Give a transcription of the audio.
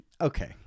okay-